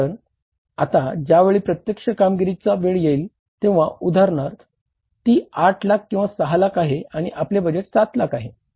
कारण आता ज्यावेळी प्रत्यक्ष कामगिरीची वेळ येईल तेंव्हा उदाहरणार्थ ती 8 लाख किंवा 6 लाख आहे आणि आपले बजेट 7 लाख आहे